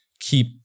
keep